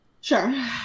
Sure